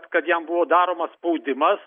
kad kad jam buvo daromas spaudimas